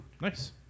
Nice